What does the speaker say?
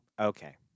Okay